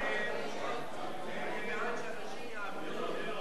להסיר מסדר-היום את הצעת חוק גיל פרישה